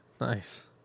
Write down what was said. Nice